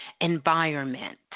environment